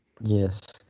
Yes